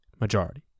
majority